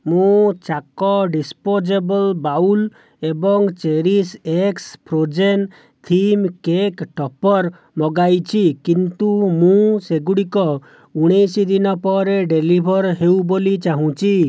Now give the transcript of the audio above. ମୁଁ ଚାକ disposable bowl ଏବଂ cherish x frozen theme cake topper ମଗାଇଛି କିନ୍ତୁ ମୁଁ ସେଗୁଡ଼ିକ ଉଣେଇଶ ଦିନ ପରେ ଡେଲିଭର୍ ହେଉ ବୋଲି ଚାହୁଁଛି